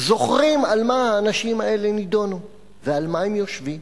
זוכרים על מה האנשים האלה נידונו ועל מה הם יושבים.